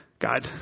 God